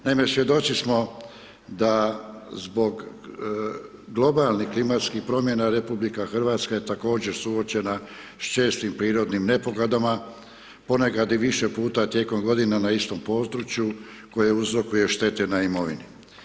Naime, svjedoci smo da zbog globalnih klimatskih promjena RH je također suočena s čestim prirodnim nepogodama, ponekad i više puta tijekom godine na istom području koje uzrokuje štete na imovini.